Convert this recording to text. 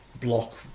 block